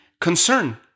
concern